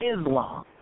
Islam